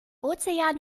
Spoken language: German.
ozean